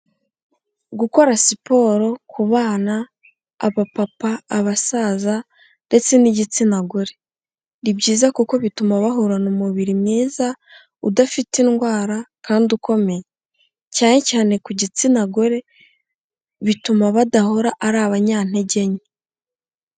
Gukora siporo ku bana, abapapa, abasaza ndetse n'igitsina gore ni byiza kuko bituma bahorana umubiri mwiza, udafite indwara kandi ukomeye, cyane cyane ku gitsina gore bituma badahora ari abanyantege nke.